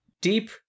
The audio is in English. deep